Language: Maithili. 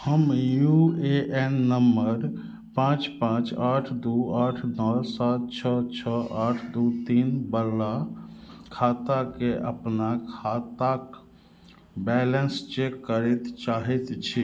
हम यू ए एन नंबर पाँच पाँच आठ दू आठ नओ सात छओ छओ आठ दू तीन बला खाताके अपना खाताक बैलेंस चेक करैत चाहैत छी